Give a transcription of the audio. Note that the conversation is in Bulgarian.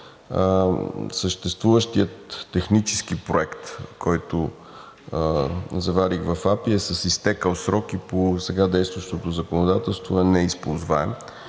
съществуващият технически проект, който заварих в АПИ, е с изтекъл срок и по сега действащото законодателство е неизползваем.